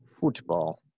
Football